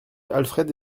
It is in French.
alfred